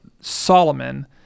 Solomon